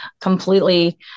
completely